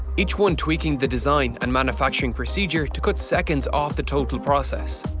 each one tweaking the design and manufacturing procedure to cut seconds off the total process,